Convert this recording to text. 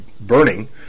burning